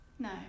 No